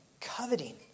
Coveting